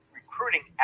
recruiting